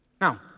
Now